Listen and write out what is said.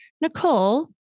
Nicole